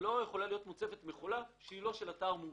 לא יכולה להיות מוצבת מכולה שהיא לא של אתר מורשה.